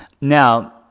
Now